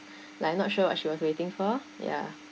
like I'm not sure what she was waiting for ya